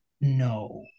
no